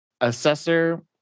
Assessor